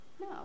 No